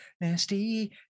Nasty